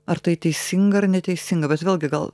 ar tai teisinga ar neteisinga bet vėlgi gal